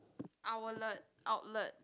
owlet outlet